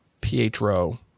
Pietro